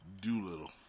Doolittle